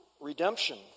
redemption